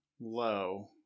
low